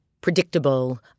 predictable